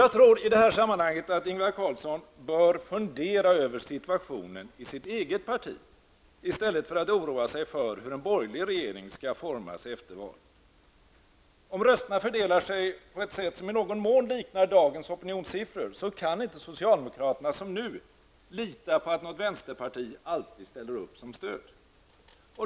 Jag tror att Ingvar Carlsson i detta sammanhang bör fundera över situationen inom sitt eget parti i stället för att oroa sig för hur en borgerlig regering skall formas efter valet. Om rösterna fördelar sig ungefär som dagens opinionssiffror visar, kan inte socialdemokraterna som nu lita på att något vänsterparti ställer upp som stöd.